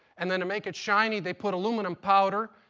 and then to make it shiny they put aluminum powder.